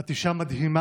את אישה מדהימה,